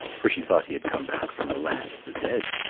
for she thought he had come back from the land of the dead.